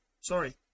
sorry